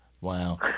Wow